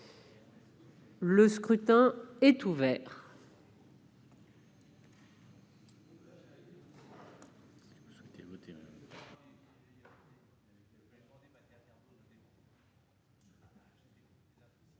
Le scrutin est ouvert.